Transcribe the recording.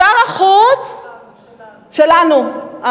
שר החוץ, שלנו.